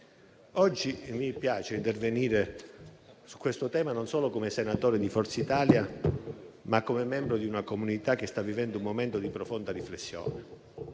Oggi mi piace intervenire su questo tema non solo come senatore di Forza Italia, ma come membro di una comunità che sta vivendo un momento di profonda riflessione.